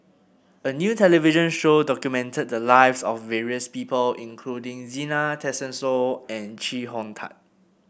a new television show documented the lives of various people including Zena Tessensohn and Chee Hong Tat